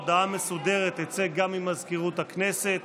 הודעה מסודרת תצא גם ממזכירות הכנסת.